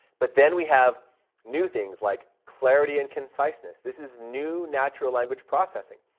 but then we have new things, like clarity and conciseness. this is new natural language processing.